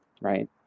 right